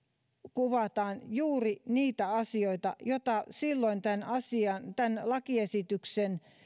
kuvataan juuri niitä asioita joita silloin tämän lakiesityksen